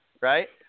right